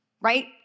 right